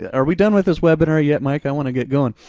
yeah are we done with this webinar yet, mike? i wanna get going.